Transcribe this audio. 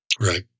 Right